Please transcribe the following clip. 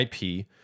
IP